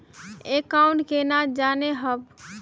Account केना जाननेहव?